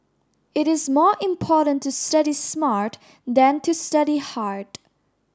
it is more important to study smart than to study hard